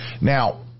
Now